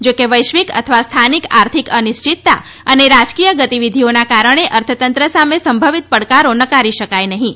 જો કે વૈશ્વિક અથવા સ્થાનિક આર્થિક અનિશ્ચિતતા અને રાજકીય ગતિવિધિઓના કારણે અર્થતંત્ર સામે સંભવિત પડકારો નકારી શકાય નહીં